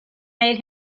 made